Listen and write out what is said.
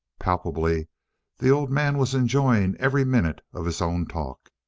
palpably the old man was enjoying every minute of his own talk.